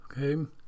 Okay